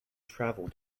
travel